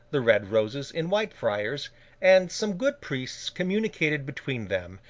the red roses in whitefriars and some good priests communicated between them,